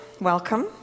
welcome